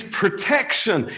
protection